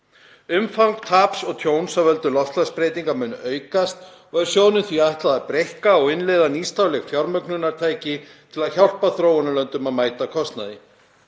Umfang taps og tjóns af völdum loftslagsbreytinga mun aukast og er sjóðnum því ætlað að breikka og innleiða nýstárleg fjármögnunartæki til að hjálpa þróunarlöndum að mæta kostnaði.